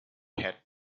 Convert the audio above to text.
had